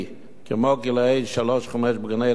כמו גילאי שלוש-חמש בגני-הילדים,